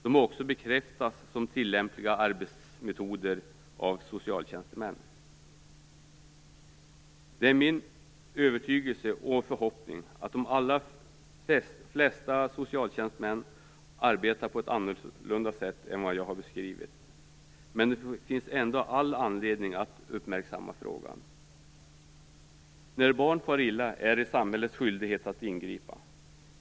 De har också bekräftats som tillämpliga arbetsmetoder av socialtjänstemän. Det är min övertygelse och förhoppning att de allra flesta socialtjänstemän arbetar på ett annorlunda sätt än vad jag har beskrivit, men det finns ändå all anledning att uppmärksamma frågan. När barn far illa är det samhällets skyldighet att ingripa.